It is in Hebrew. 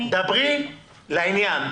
דברי לעניין.